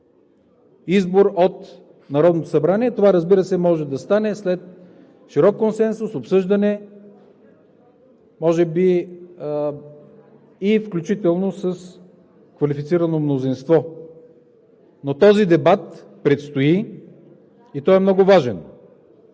избор от Народното събрание. Това, разбира се, може да стане след широк консенсус, обсъждане, може би включително и с квалифицирано мнозинство. Но този дебат предстои и той е много важен.